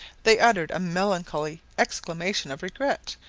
they uttered a melancholy exclamation of regret,